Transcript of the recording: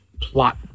plot